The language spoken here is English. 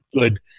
good